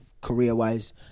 career-wise